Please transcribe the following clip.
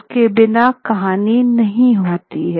उसके बिना कहानी नहीं होती है